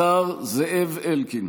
השר דוד אמסלם.